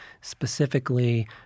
specifically